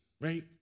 right